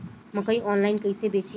मकई आनलाइन कइसे बेची?